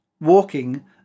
walking